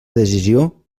decisió